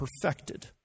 perfected